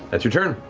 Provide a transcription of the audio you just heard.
that's your turn.